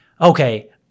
okay